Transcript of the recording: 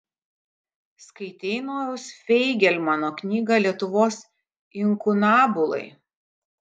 skaitei nojaus feigelmano knygą lietuvos inkunabulai